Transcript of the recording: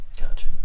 Gotcha